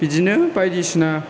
बिदिनो बायदि सिना